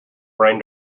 brain